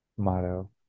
Motto